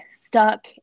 stuck